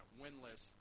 winless